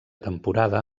temporada